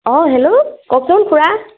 অঁ হেল্লো কওকচোন খুড়া